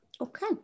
Okay